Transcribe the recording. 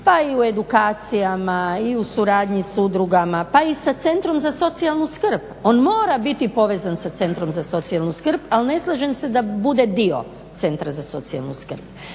pa i u edukacijama i u suradnji s udrugama pa i sa centrom za socijalnu skrb. On mora biti povezan sa centrom za socijalnu skrb, ali ne slažem se da bude dio centra za socijalnu skrb.